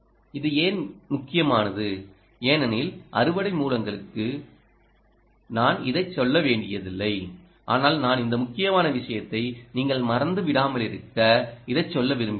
இது ஏன் முக்கியமானது ஏனெனில் அறுவடை மூலங்களுக்கு நான் இதைச் சொல்ல வேண்டியதில்லை ஆனால் நான் இந்த முக்கியமான விஷயத்தை நீங்கள் மறந்துவிடாமலிருக்க இதைச் சொல்ல விரும்புகிறேன்